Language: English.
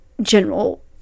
general